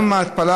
גם ההתפלה,